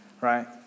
right